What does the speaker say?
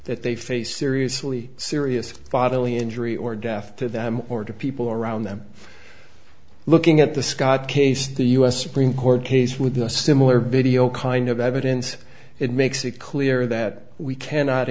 that they face seriously serious bodily injury or death to them or to people around them looking at the scott case the u s supreme court case with a similar video kind of evidence it makes it clear that we cannot